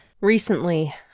Recently